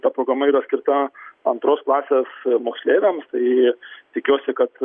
ta programa yra skirta antros klasės moksleiviams tai tikiuosi kad